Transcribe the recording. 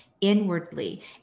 inwardly